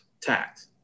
tax